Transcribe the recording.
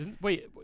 wait